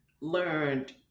learned